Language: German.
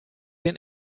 den